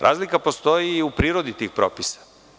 Razlika postoji i u prirodi tih propisa.